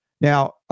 Now